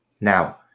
Now